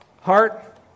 Heart